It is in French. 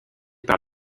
par